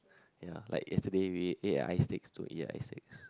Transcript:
ya like yesterday we ate ate at ice steak don't eat at ice steak